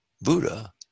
Buddha